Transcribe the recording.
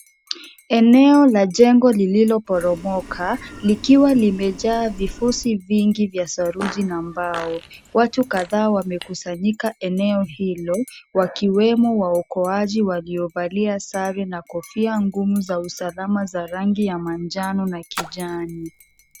Eneo la jengo lililoporomoka, likiwa limejaa vifusi vingi vya saruji na mbao. Watu kadhaa wamekusanyika eneo hilo, wakiwemo waokoaji waliovalia sare na kofia ngumu za usalama za rangi ya manjano na kijani.